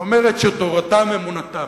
שאומרת שתורתם אמונתם.